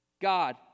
God